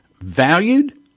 valued